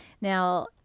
Now